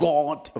God